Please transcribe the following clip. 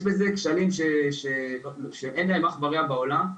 יש בזה כשלים שאין להם אח ורע בעולם.